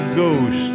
ghost